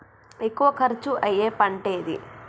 ఎక్కువ ఖర్చు అయ్యే పంటేది?